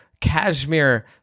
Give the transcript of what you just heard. cashmere